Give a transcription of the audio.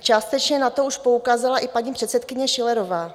Částečně na to už poukázala i paní předsedkyně Schillerová.